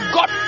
God